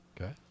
Okay